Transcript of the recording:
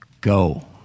go